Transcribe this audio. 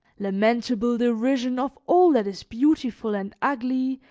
lamentable derision of all that is beautiful and ugly,